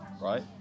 right